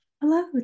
Hello